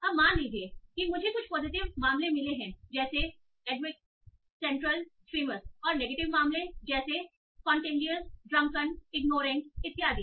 अब मान लीजिए कि मुझे कुछ पॉजिटिव मामले मिले हैं एडेक्वेट सेंट्रल फेमस और नेगेटिव मामले जैसे कॉन्टेजियस ड्रंकन इग्नोरेंट इत्यादि